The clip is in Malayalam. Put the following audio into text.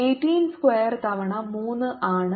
18 സ്ക്വാർ തവണ 3 ആണ്